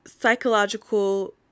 Psychological